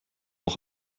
auch